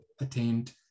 attained